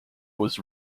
was